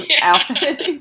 outfit